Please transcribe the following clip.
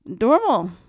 normal